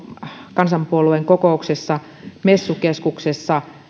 kansanpuolueen kokouksessa messukeskuksessa